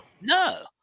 No